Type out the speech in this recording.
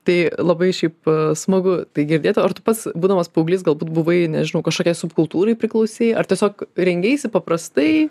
tai labai šiaip smagu tai girdėta ar tu pats būdamas paauglys galbūt buvai nežinau kažkokiai subkultūrai priklausei ar tiesiog rengeisi paprastai